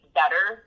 better